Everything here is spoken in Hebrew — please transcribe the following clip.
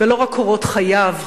ולא רק קורות חייו,